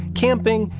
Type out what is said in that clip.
camping,